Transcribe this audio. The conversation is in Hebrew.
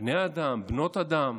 בני אדם, בנות אדם,